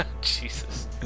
Jesus